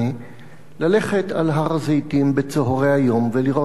ללכת על הר-הזיתים בצהרי היום ולראות הכצעקתה.